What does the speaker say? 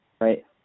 Right